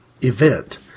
event